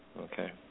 Okay